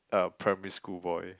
a primary school boy